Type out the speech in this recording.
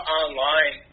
online